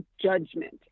judgment